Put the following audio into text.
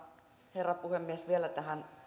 herra puhemies vielä tähän